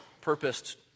purposed